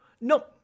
no